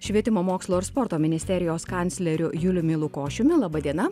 švietimo mokslo ir sporto ministerijos kancleriu juliumi lukošiumi laba diena